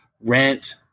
rent